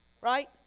Right